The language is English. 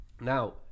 Now